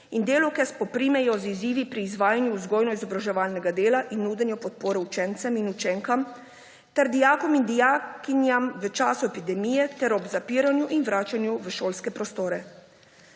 in delavke spoprimejo z izzivi pri izvajanju vzgojno-izobraževalnega dela in nudenju podpore učencem in učenkam ter dijakom in dijakinjam v času epidemije ter ob zapiranju in vračanju v šolske prostore.